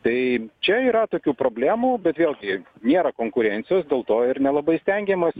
tai čia yra tokių problemų bet vėlgi nėra konkurencijos dėl to ir nelabai stengiamasi